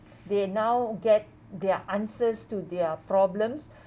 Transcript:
they now get their answers to their problems